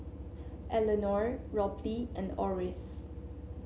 Elenor Robley and Oris